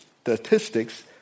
statistics